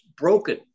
broken